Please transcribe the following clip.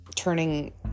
Turning